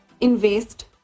invest